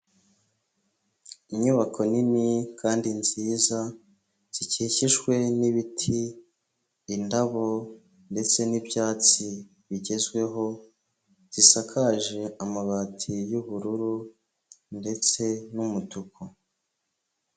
Inyubako nini kandi nziza, zikikijwe n'ibiti, indabo ndetse n'ibyatsi bigezweho, zisakaje amabati y'ubururu ndetse n'umutuku.